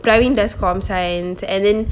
darwin does com science and then